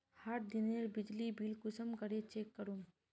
हर दिनेर बिजली बिल कुंसम करे चेक करूम?